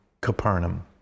Capernaum